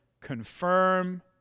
confirm